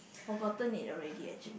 forgotten it already actually